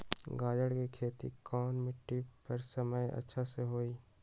गाजर के खेती कौन मिट्टी पर समय अच्छा से होई?